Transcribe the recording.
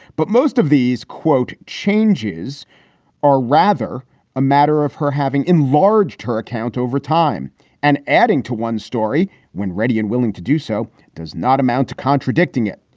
but most of these, quote, changes are rather a matter of her having enlarged her account over time and adding to one story when ready and willing to do so does not amount to contradicting it.